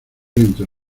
viento